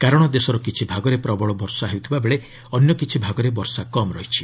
କାରଣ ଦେଶର କିଛି ଭାଗରେ ପ୍ରବଳ ବର୍ଷା ହେଉଥିବାବେଳେ ଅନ୍ୟ କିଛି ଭାଗରେ ବର୍ଷା କମ୍ ରହିଛି